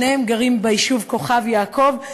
שניהם גרים ביישוב כוכב-יעקב,